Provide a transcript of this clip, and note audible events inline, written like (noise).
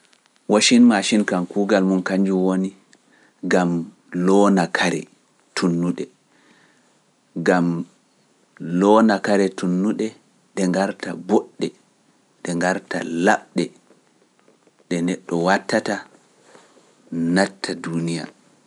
(hesitation) Washin mashin kan kuugal mun kanjun woni gam loona kare tunnuɗe, gam loona kare tunnuɗe ɗe ngarta booɗɗe, ɗe ngarta laɓɗe, ɗe neɗɗo wattata natta duuniya.